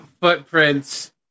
footprints